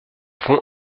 font